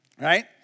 Right